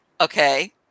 Okay